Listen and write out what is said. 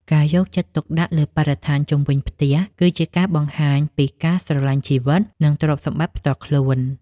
ការយកចិត្តទុកដាក់លើបរិស្ថានជុំវិញផ្ទះ គឺជាការបង្ហាញពីការស្រឡាញ់ជីវិត និងទ្រព្យសម្បត្តិផ្ទាល់ខ្លួន។